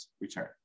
return